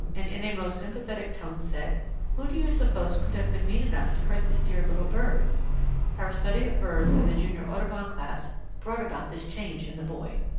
and in a most sympathetic tone said who do you suppose could have been mean enough to hurt this dear little bird our study of birds in the junior audubon class brought about this change in the boy.